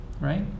right